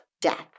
death